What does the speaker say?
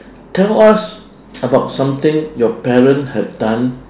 tell us about something your parent have done